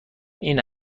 این